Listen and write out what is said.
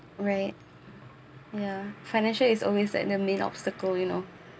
right ya financial is always like the main obstacle you know